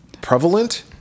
prevalent